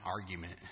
argument